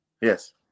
Yes